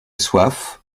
soif